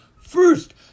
first